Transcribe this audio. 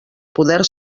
poder